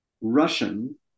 Russian